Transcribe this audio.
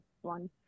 one